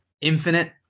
infinite